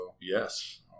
yes